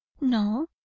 No